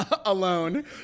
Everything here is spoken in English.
alone